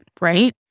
right